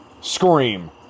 Scream